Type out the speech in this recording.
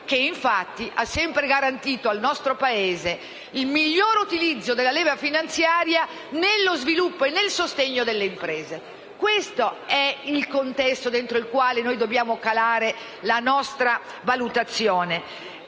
che hanno sempre garantito al nostro Paese il migliore utilizzo della leva finanziaria nello sviluppo e nel sostegno delle imprese. Questo è il contesto nel quale dobbiamo calare la nostra valutazione